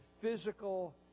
physical